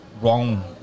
wrong